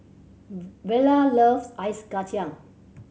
Vella loves ice kacang